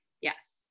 Yes